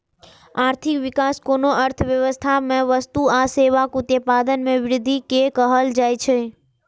आर्थिक विकास कोनो अर्थव्यवस्था मे वस्तु आ सेवाक उत्पादन मे वृद्धि कें कहल जाइ छै